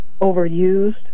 overused